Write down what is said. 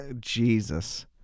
Jesus